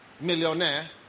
millionaire